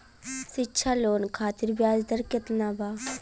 शिक्षा लोन खातिर ब्याज दर केतना बा?